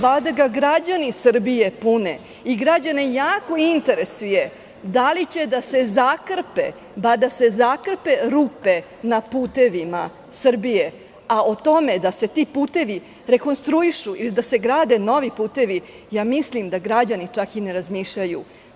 Valjda ga građani Srbije pune i njih jako interesuje da li će da se zakrpe, bar da se zakrpe rupe na putevima Srbije, a o tome da se ti putevi rekonstruišu ili da se grade novi putevi, mislim da građani čak i ne razmišljaju.